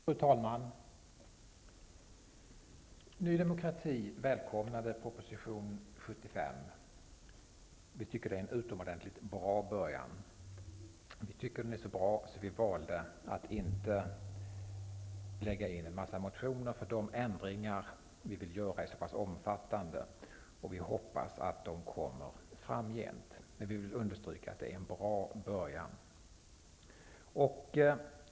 Fru talman! Ny demokrati välkomnar proposition nr 75. Vi tycker att den är en utomordentligt bra början. Den är så bra att vi valde att inte väcka en massa motioner. De förändringar vi vill genomföra är så pass omfattande, och vi hoppas att de kommer framgent. Men jag vill understryka att propositionen är en bra början.